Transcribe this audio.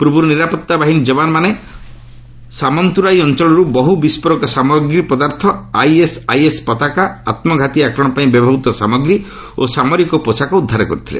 ପୂର୍ବର୍ତ୍ତ ନିରାପତ୍ତା ବାହିନୀ ଯବାନମାଣେନ ସାମନ୍ତ୍ରରାଇ ଅଞ୍ଚଳର୍ ବହୃ ବିସ୍କୋରକ ପଦାର୍ଥ ଆଇଏସ୍ଆଇଏସ୍ ପତାକା ଆତ୍କଘାତୀ ଆକ୍ରମଣ ପାଇଁ ବ୍ୟବହୃତ ସାମଗ୍ରୀ ଓ ସାମରିକ ପୋଷାକ ଉଦ୍ଧାର କରିଥିଲେ